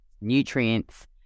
nutrients